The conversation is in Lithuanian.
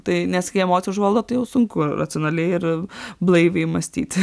tai nes kai emocija žvaldo tai jau sunku racionaliai ir blaiviai mąstyti